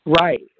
Right